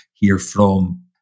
herefrom